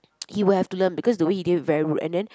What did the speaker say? he will have to learn because the way he did it very rude and then